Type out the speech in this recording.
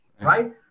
right